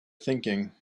thinking